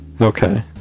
Okay